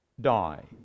die